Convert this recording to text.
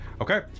Okay